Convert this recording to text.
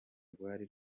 rwari